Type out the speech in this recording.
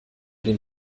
den